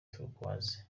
turquoise